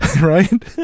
Right